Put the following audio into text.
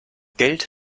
geld